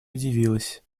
удивилась